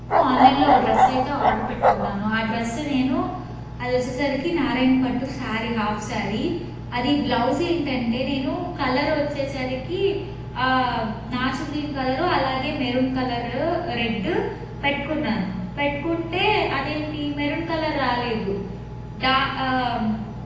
ఆన్లైన్లో ఒక డ్రెస్ అయితే ఆర్డర్ పెట్టుకున్నాను ఆ డ్రెస్ నేను అది వచ్చేసరికి నారాయణ పట్టు సారీ హాఫ్ సారీ అది బ్లౌజ్ ఏంటంటే నేను కలర్ వచ్చేసరికి నాచు గ్రీన్ కలర్ అలాగే మెరూన్ కలర్ రెడ్ పెట్టుకున్నాను పెట్టుకుంటే అదేంటి మెరూన్ కలర్ రాలేదు దా